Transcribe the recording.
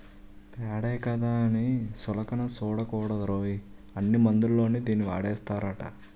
పేడే కదా అని సులకన సూడకూడదురోయ్, అన్ని మందుల్లోని దీన్నీ వాడేస్తారట